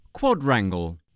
Quadrangle